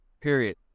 period